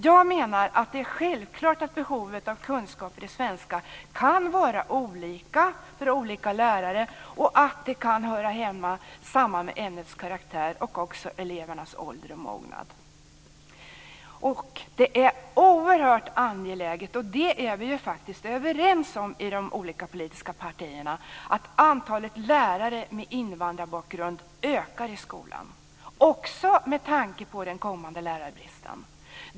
Jag menar att det är självklart att behovet av kunskaper i svenska kan vara olika för olika lärare och att det kan hänga samman med ämnets karaktär och med elevernas ålder och mognad. Vi är ju överens om i de olika politiska partierna att det är oerhört angeläget att antalet lärare med invandrarbakgrund ökar i skolan - också med tanke på den kommande lärarbristen.